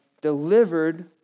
delivered